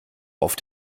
auf